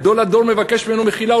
גדול הדור מבקש ממנו מחילה,